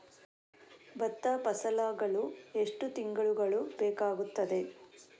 ಭತ್ತ ಫಸಲಾಗಳು ಎಷ್ಟು ತಿಂಗಳುಗಳು ಬೇಕಾಗುತ್ತದೆ?